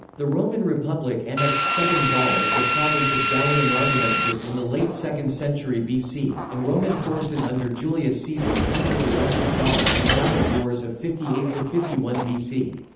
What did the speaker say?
the roman republic annexed southern gaul as the province of gallia narbonensis in the late second century bc, and roman forces under julius caesar conquered the rest of gaul in the gallic wars of fifty eight fifty one bc.